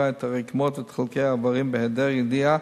את הדגימות של הרקמות ואת חלקי האיברים בהיעדר ידיעה